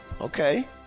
okay